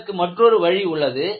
இதற்கு மற்றொரு வழி உள்ளது